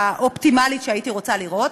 האופטימלית שהייתי רוצה לראות.